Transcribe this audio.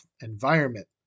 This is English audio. environment